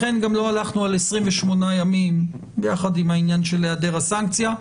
לכן גם לא הלכנו על 28 ימים יחד עם העניין של היעדר הסנקציה.